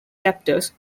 captors